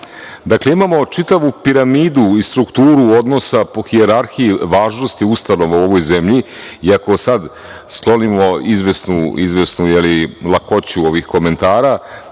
Dakle, imamo čitavu piramidu i strukturu odnosa po hijerarhiji važnosti ustanova u ovoj zemlji i ako sada sklonimo izvesnu lakoću ovih komentara,